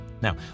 Now